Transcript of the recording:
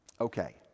okay